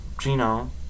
Gino